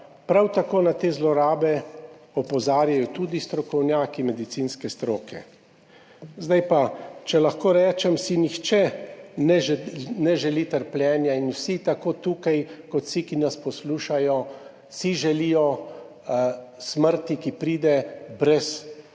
prav tako na te zlorabe opozarjajo tudi strokovnjaki medicinske stroke. Zdaj pa, če lahko rečem, si nihče ne želi trpljenja in vsi, tako tukaj, kot vsi, ki nas poslušajo, si želijo smrti, ki pride brez